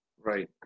Right